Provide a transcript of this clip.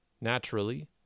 Naturally